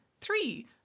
three